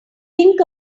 think